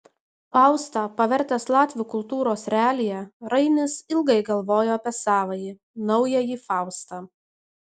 faustą pavertęs latvių kultūros realija rainis ilgai galvojo apie savąjį naująjį faustą